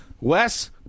wes